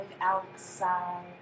outside